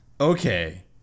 okay